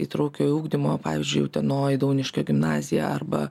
įtraukiojo ugdymo pavyzdžiui utenoj dauniškio gimnazija arba